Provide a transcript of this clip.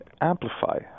amplify